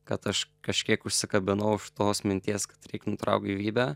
kad aš kažkiek užsikabinau už tos minties kad reik nutraukt gyvybę